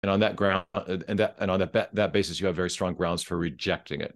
ועל הרקע הזה, על בסיס זה, יש לך ביסוס טוב מאוד לדחות את זה.